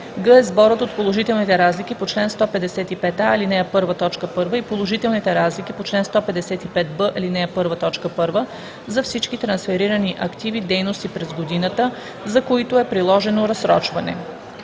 е сборът от положителните разлики по чл. 155а, ал. 1, т. 1 и положителните разлики по чл. 155б, ал. 1, т. 1 за всички трансферирани активи/дейности през годината, за които е приложено разсрочване.